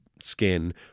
skin